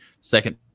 second